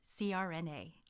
CRNA